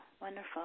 wonderful